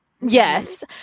Yes